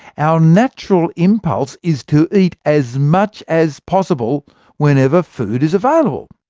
our natural impulse is to eat as much as possible whenever food is available.